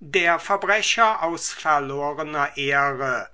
lehrmeister übertroffen